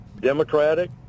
democratic